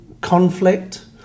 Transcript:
conflict